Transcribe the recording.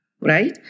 Right